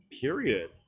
Period